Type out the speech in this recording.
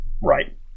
Right